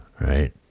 Right